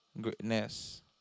greatness